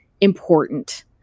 important